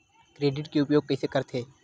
Credit के उपयोग कइसे करथे?